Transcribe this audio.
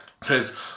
says